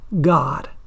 God